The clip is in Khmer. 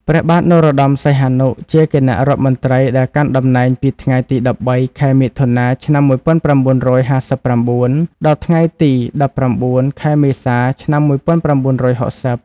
ព្រះបាទនរោត្តម សីហនុ ជាគណៈរដ្ឋមន្ត្រីដែលកាន់តំណែងពីថ្ងៃទី ១៣ ខែមិថុនា ឆ្នាំ១៩៥៩ ដល់ថ្ងៃទី ១៩ ខែមេសា ឆ្នាំ១៩៦០។